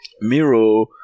Miro